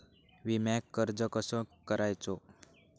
विम्याक अर्ज कसो करायचो?